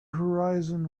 horizon